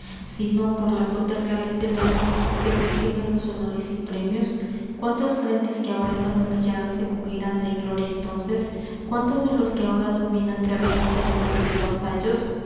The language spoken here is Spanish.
intrigas sino por las dotes reales del alma se consigan los honores y premios cuántas frentes que ahora están humilladas se cubrirán de gloria entonces cuántos de los que ahora dominan querrian ser entonces vasallos